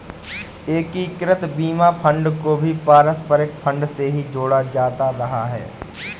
एकीकृत बीमा फंड को भी पारस्परिक फंड से ही जोड़ा जाता रहा है